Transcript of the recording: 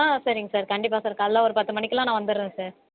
ஆ சரிங்க சார் கண்டிப்பாக சார் காலையில் ஒரு பத்து மணிக்குலாம் நான் வந்துடுறேன் சார்